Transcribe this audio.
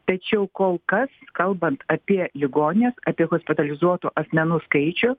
tačiau kol kas kalbant apie ligonines apie hospitalizuotų asmenų skaičių